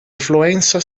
influenza